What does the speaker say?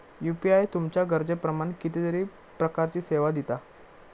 UPI तुमच्या गरजेप्रमाण कितीतरी प्रकारचीं सेवा दिता